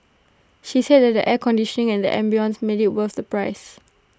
she said that the air conditioning and the ambience made IT worth the price